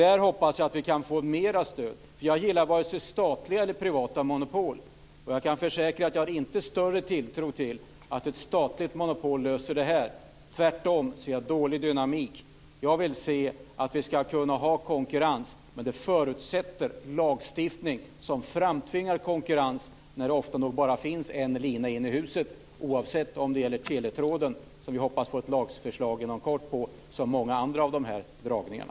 Där hoppas jag att vi kan få mer stöd, för jag gillar vare sig statliga eller privata monopol. Och jag kan försäkra att jag inte har större tilltro till att ett statligt monopol löser det här. Tvärtom ser jag dålig dynamik i det. Jag vill att vi ska kunna ha konkurrens. Men det förutsätter lagstiftning som framtvingar konkurrens när det ofta nog bara finns en lina in i huset. Det gäller såväl teletråden, som vi hoppas få ett lagförslag om inom kort, som många andra av de här dragningarna.